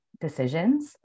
decisions